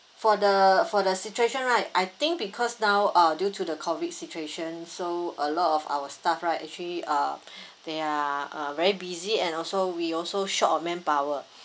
for the for the situation right I think because now uh due to the COVID situation so a lot of our staff right actually uh they are uh very busy and also we also short of manpower